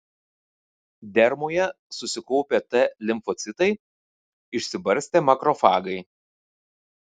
dermoje susikaupę t limfocitai išsibarstę makrofagai